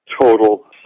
total